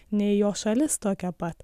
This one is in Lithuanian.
nei jo šalis tokia pat